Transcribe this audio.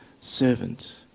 servant